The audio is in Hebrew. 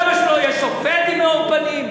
למה שלא יהיה שופט עם מאור פנים?